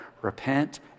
Repent